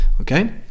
okay